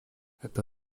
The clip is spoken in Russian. это